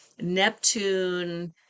Neptune